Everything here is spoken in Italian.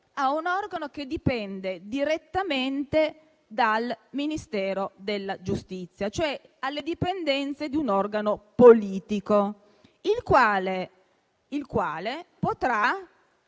a un organo che dipende direttamente dal Ministero della giustizia, cioè è alle dipendenze di un organo politico, il quale potrà,